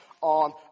on